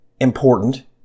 important